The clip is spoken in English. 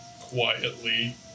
Quietly